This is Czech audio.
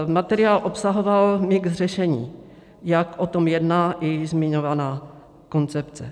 Materiál obsahoval mix řešení, jak o tom jedná i zmiňovaná koncepce.